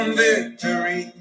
victory